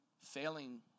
failing